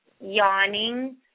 yawning